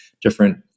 different